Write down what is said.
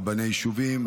רבני יישובים,